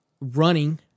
running